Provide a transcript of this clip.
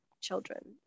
children